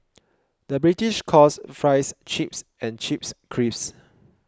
the British calls Fries Chips and Chips Crisps